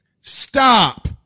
Stop